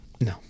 No